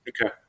Okay